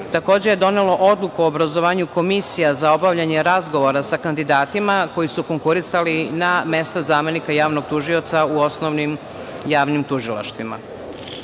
takođe je donelo Odluku o obrazovanju komisija za obavljanje razgovora sa kandidatima, koji su konkurisali na mesta zamenika javnog tužioca u osnovnim javnim tužilaštvima. Obavljen